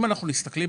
אם אנחנו מסתכלים,